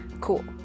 Cool